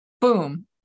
boom